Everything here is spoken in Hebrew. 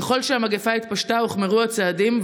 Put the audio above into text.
ככל שהמגפה התפשטה הוחמרו הצעדים,